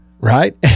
right